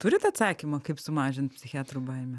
turit atsakymą kaip sumažint psichiatrų baimę